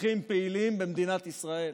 אזרחים פעילים במדינת ישראל.